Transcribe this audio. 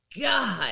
God